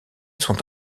sont